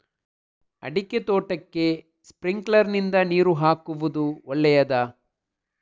ಅಡಿಕೆ ತೋಟಕ್ಕೆ ಸ್ಪ್ರಿಂಕ್ಲರ್ ನಿಂದ ನೀರು ಹಾಕುವುದು ಒಳ್ಳೆಯದ?